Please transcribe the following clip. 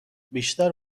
بیشتر